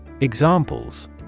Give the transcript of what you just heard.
Examples